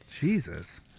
Jesus